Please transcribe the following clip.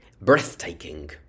Breathtaking